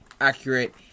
accurate